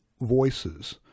voices